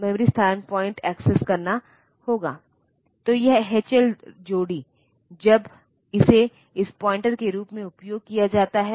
तो यह hand assembly का उपयोग करने का तरीका है और स्वाभाविक रूप से इस ऑपरेशन को करते समय त्रुटि प्रवण होता है